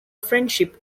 friendship